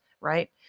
right